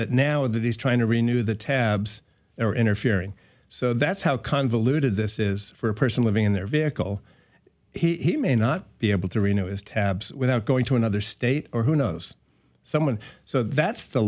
that now that he's trying to renu the tabs or interfering so that's how convoluted this is for a person living in their vehicle he may not be able to reno is tabs without going to another state or who knows someone so that's the